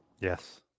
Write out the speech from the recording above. Yes